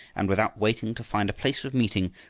and without waiting to find a place of meeting,